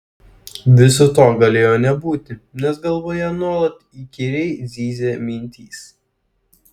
viso to galėjo nebūti nes galvoje nuolat įkyriai zyzė mintys